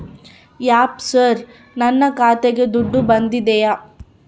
ಯಪ್ಪ ಸರ್ ನನ್ನ ಖಾತೆಗೆ ದುಡ್ಡು ಬಂದಿದೆಯ?